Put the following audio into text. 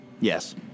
yes